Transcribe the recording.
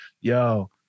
yo